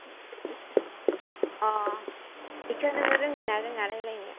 अ इखो नोङो रोंगो ना रोङा रायज्लायनो